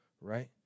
right